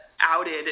outed